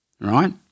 right